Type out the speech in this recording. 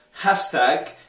Hashtag